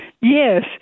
Yes